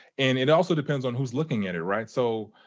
and it also depends on who's looking at it, right? so,